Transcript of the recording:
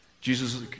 Jesus